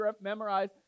memorize